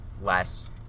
less